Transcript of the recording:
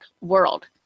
world